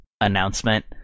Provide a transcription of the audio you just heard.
announcement